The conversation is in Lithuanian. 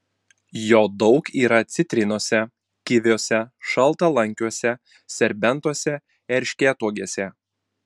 jo daug yra citrinose kiviuose šaltalankiuose serbentuose erškėtuogėse